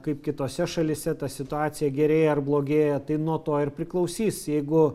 kaip kitose šalyse ta situacija gerėja ar blogėja tai nuo to ir priklausys jeigu